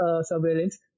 surveillance